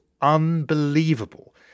unbelievable